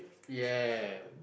ya